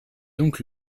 donc